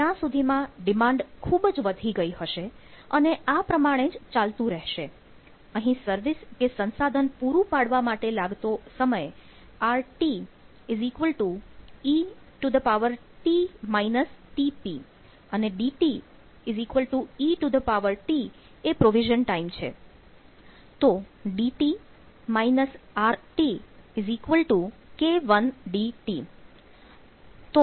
તો અહીં દન્ડ કે પેનલ્ટી એ cK1et થશે